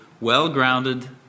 well-grounded